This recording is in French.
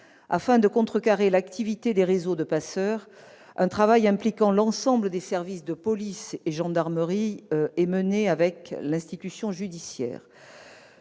Afin de contrecarrer l'activité des réseaux de passeurs, un travail impliquant l'ensemble des services de police et de gendarmerie est mené avec l'institution judiciaire.